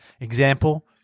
Example